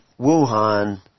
Wuhan